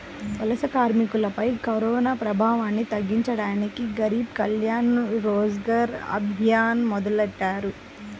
వలస కార్మికులపై కరోనాప్రభావాన్ని తగ్గించడానికి గరీబ్ కళ్యాణ్ రోజ్గర్ అభియాన్ మొదలెట్టారు